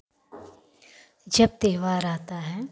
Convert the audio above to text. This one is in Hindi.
जब त्योहार आता है